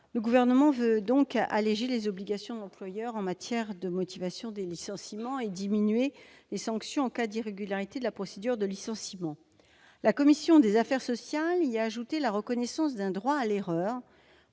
le Gouvernement veut alléger les obligations de l'employeur en matière de motivation des licenciements et diminuer les sanctions en cas d'irrégularité de la procédure de licenciement. La commission des affaires sociales y a ajouté la reconnaissance, pour l'employeur,